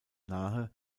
nahe